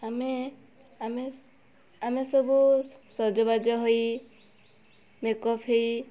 ଆମେ ଆମେ ଆମେ ସବୁ ସଜବାଜ ହୋଇ ମେକଅପ୍ ହେଇ